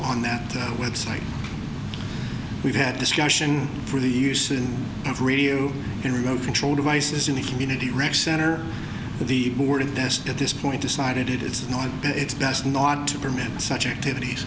on that website we've had discussion for the uses of radio and remote control devices in the community rec center the board of best at this point decided it's not it's best not to permit such activities